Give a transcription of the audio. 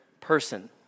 person